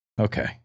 Okay